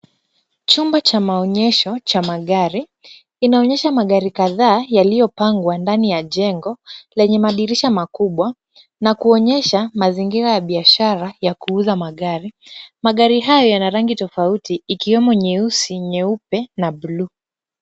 Chumba cha maonyesho cha magari. Inaonyesha magari kadhaa yaliyopangwa ndani ya jengo lenye madirisha makubwa na kuonyesha mazingira ya biashara ya kuuza magari. Magari hayo yana rangi tofauti ikiwemo nyeusi, nyeupe na buluu.